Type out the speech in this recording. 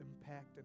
impact